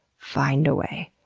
find a way.